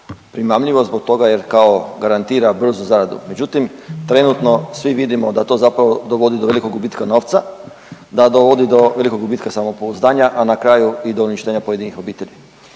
primamljivo zbog toga jer kao garantira brzu zaradu. Međutim, trenutno svi vidimo da to zapravo dovodi do velikog gubitka novca, da dovodi do velikog gubitka samopouzdanja, a na kraju i do uništenja pojedinih obitelji.